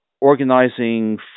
organizing